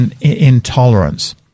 intolerance